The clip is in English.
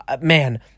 Man